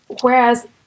Whereas